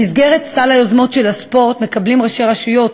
במסגרת סל היוזמות של הספורט מקבלים ראשי רשויות